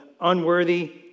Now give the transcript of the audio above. unworthy